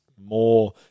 more